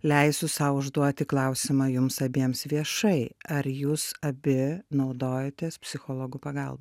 leisiu sau užduoti klausimą jums abiems viešai ar jūs abi naudojatės psichologų pagalba